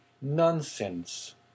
Nonsense